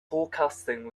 forecasting